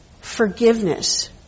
forgiveness